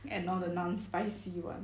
and all the non-spicy [one]